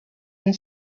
and